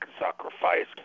sacrifice